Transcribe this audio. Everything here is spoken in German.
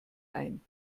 ein